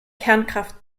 kernkraft